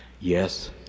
Yes